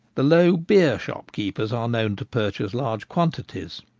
the low beer-shop keepers are known to purchase large quantities.